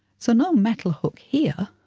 so no metal hook here,